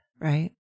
right